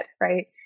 right